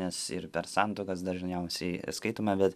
nes ir per santuokas dažniausiai skaitome bet